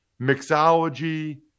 mixology